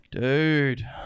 Dude